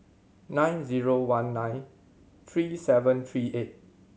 nine zero one nine three seven three eight